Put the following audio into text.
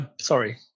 sorry